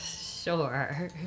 Sure